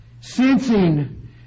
sensing